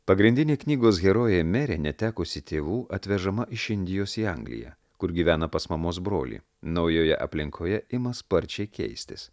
pagrindinė knygos herojė merė netekusi tėvų atvežama iš indijos į angliją kur gyvena pas mamos brolį naujoje aplinkoje ima sparčiai keistis